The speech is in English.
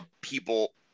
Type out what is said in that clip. people